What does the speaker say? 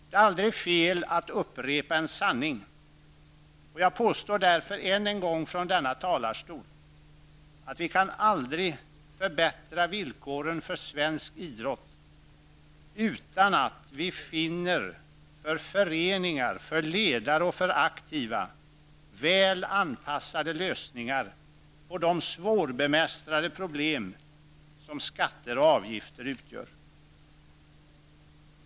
Det är aldrig fel att upprepa en sanning, och jag påstår därför än en gång från denna talarstol att vi aldrig kan förbättra villkoren för svensk idrott utan att vi finner för föreningar, ledare och aktiva väl anpassade lösningar på de svårbemästrade problem som skatter och avgifter utgör.